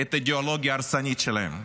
את האידיאולוגיה ההרסנית שלהם.